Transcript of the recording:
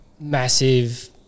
massive